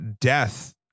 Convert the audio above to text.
death